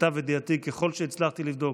למיטב ידיעתי, ככל שהצלחתי לבדוק,